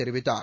தெரிவித்தார்